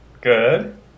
Good